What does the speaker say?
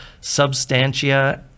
substantia